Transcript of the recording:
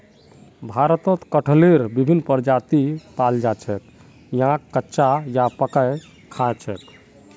भारतत कटहलेर विभिन्न प्रजाति पाल जा छेक याक कच्चा या पकइ खा छेक